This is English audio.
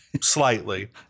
Slightly